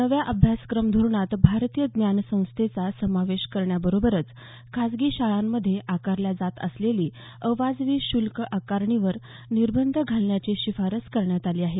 नव्या अभ्यासक्रम धोरणात भारतीय ज्ञान संस्थेचा समावेश करण्याबरोबर खासगी शाळांमध्ये आकारल्या जात असलेली अवाजवी शुल्क आकारणीवर निर्बंध घालण्याची शिफारस करण्यात आली आहे